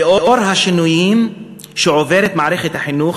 לאור השינויים שעוברת מערכת החינוך